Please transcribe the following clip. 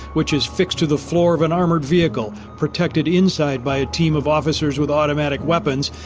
which is fixed to the floor of an armored vehicle, protected inside by a team of officers with automatic weapons,